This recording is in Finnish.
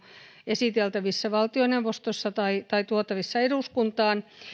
esiteltävissä valtioneuvostossa tai tai tuotavissa eduskuntaan